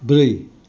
ब्रै